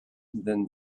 than